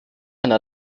einer